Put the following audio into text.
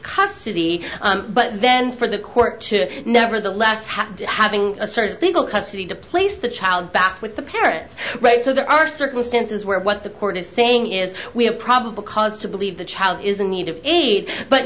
custody but then for the court to nevertheless have to having a certain people custody to place the child back with the parents right so there are circumstances where what the court is saying is we have probable cause to believe the child is in need of aid but